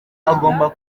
agomba